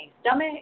stomach